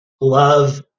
love